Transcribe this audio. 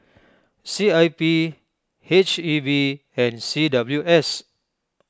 C I P H E B and C W S